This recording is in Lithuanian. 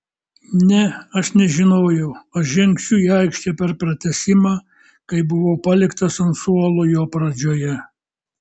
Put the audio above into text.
ne aš nežinojau ar žengsiu į aikštę per pratęsimą kai buvau paliktas ant suolo jo pradžioje